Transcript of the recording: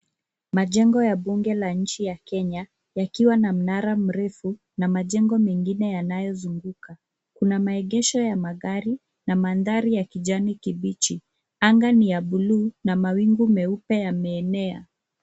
Majengo ya bunge la nchi ya Kenya yakiwa na mnara mrefu na majengo mengine yanayozunguka. Kuna maegesho ya magari na mandhari ya kijani kibichi. Anga ni ya buluu na mawingu meupe yameenea.